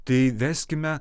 tai veskime